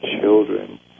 children